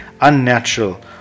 unnatural